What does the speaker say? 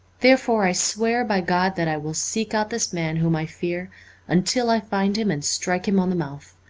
therefore i swear by god that i will seek out this man whom i fear until i find him and strike him on the mouth.